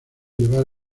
llevar